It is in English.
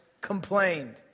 complained